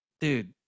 dude